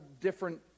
different